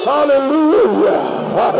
Hallelujah